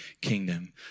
kingdom